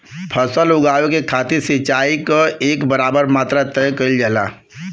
फसल उगावे के खातिर सिचाई क एक बराबर मात्रा तय कइल जाला